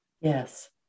Yes